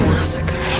Massacre